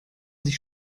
sich